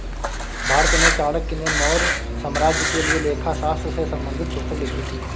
भारत में चाणक्य ने मौर्य साम्राज्य के लिए लेखा शास्त्र से संबंधित पुस्तक लिखी थी